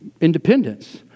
Independence